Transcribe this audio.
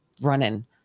running